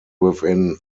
within